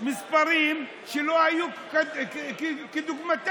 מספרים שלא היו כדוגמתם.